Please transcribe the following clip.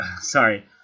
Sorry